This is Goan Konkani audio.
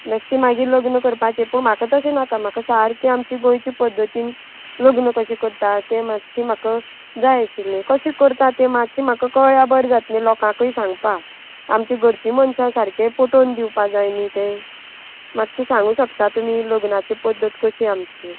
बेश्टी मागीर लग्न करपाचें पूण म्हाका तशें नाका म्हाका सारकें आमची गोंयचे पद्दतीन लग्न कशें करता तें मातचें म्हाका जाय आशिल्लें कशें करता तें मातचें म्हाका कळ्ळ्या बरें जातलें लोकांकय सांगपा आमची घरचीं मनशां सारकें पोटोवन दिवपा जाय न्ही तें मातचें सांगूं शकता तुमी लग्नाची पद्दत कशी आमची